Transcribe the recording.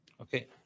Okay